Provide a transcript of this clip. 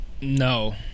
No